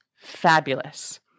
Fabulous